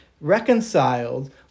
reconciled